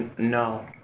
no.